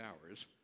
hours